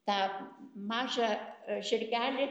tą mažą žirgelį